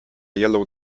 yellow